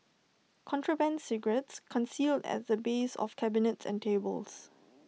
contraband cigarettes concealed at the base of cabinets and tables